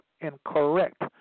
incorrect